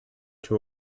two